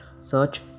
search